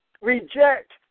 reject